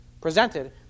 presented